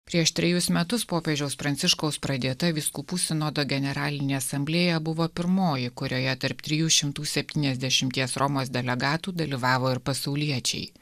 prieš trejus metus popiežiaus pranciškaus pradėta vyskupų sinodo generalinė asamblėja buvo pirmoji kurioje tarp trijų šimtų septyniasdešimties romos delegatų dalyvavo ir pasauliečiai